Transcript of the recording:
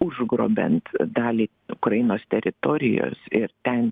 užgrobiant dalį ukrainos teritorijos ir ten